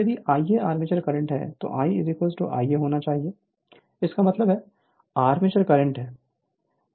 Refer Slide Time 0507 अब यदि Ia armature current है तो I Ia होना चाहिए इसका मतलब है I आर्मेचर करंट है